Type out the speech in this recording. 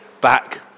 back